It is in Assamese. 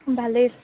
ভালেই